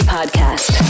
Podcast